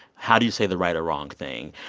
how do you say the right or wrong thing?